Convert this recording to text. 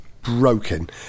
broken